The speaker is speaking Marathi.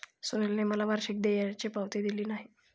सुनीलने मला वार्षिक देयाची पावती दिली नाही